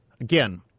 Again